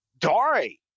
Dari